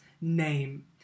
name